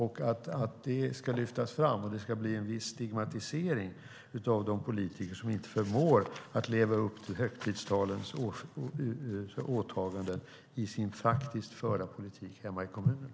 Det ska lyftas fram, och det ska bli en viss stigmatisering av de politiker som inte förmår leva upp till högtidstalens åtaganden i sin faktiskt förda politik hemma i kommunerna.